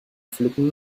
pflücken